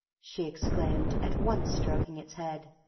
she exclaimed, at once stroking its head.